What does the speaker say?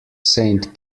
saint